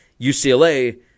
UCLA